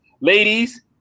ladies